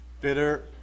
Bitter